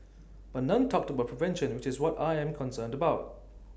but none talked about prevention which is what I am concerned about